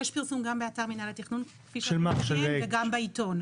יש פרסום גם באתר מינהל התכנון וגם בעיתון.